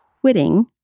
quitting